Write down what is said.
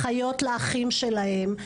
אחיות לאחים שלהם,